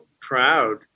proud